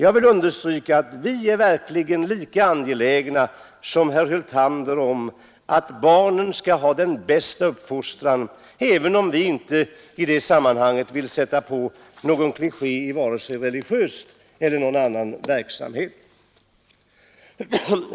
Jag vill understryka att vi verkligen är lika angelägna som herr Hyltander om att barnen skall få den bästa uppfostran, även om vi inte i det sammanhanget vill sätta på någon kliché i vare sig religiöst eller annat avseende.